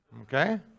Okay